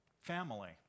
family